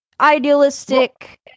idealistic